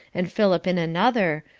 and philip in another,